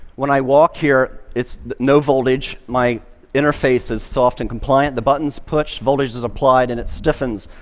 when i walk here, it's no voltage. my interface is soft and compliant. the button's pushed, voltage is applied, and it stiffens,